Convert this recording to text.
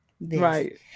right